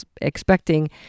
expecting